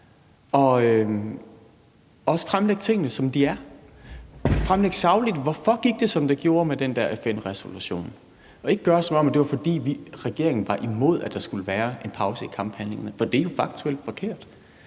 og fremlægge tingene, som de er; fremlægge sagligt, hvorfor det gik, som det gjorde med den der FN-resolution, og ikke fremlægge det, som om det var, fordi regeringen var imod, at der skulle være en pause i kamphandlingerne, for det er faktuelt forkert.